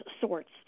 sorts